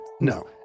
No